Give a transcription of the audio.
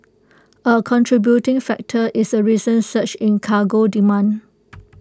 A contributing factor is A recent surge in cargo demand